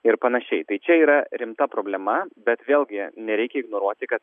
ir panašiai tai čia yra rimta problema bet vėlgi nereikia ignoruoti kad